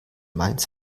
mainz